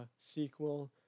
SQL